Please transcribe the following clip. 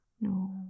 No